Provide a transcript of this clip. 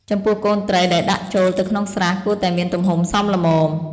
ចំពោះកូនត្រីដែលដាក់ចូលទៅក្នុងស្រះគួរតែមានទំហំសមល្មម។